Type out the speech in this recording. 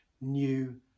new